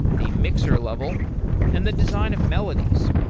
the mixer level and the design of melodies.